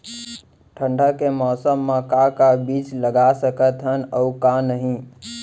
ठंडा के मौसम मा का का बीज लगा सकत हन अऊ का नही?